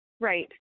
Right